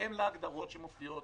בהתאם להגדרות שמופיעות